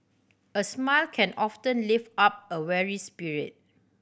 a smile can often live up a weary spirit